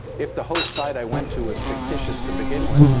if the host site i went to was fictitious to begin with,